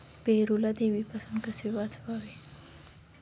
पेरूला देवीपासून कसे वाचवावे?